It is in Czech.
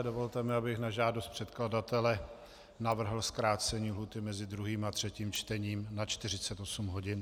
Dovolte mi, abych na žádost předkladatele navrhl zkrácení lhůty mezi 2. a 3. čtením na 48 hodin.